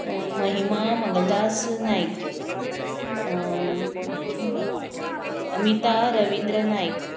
Mahima Mangaldas Naik Amita Ravindra Naik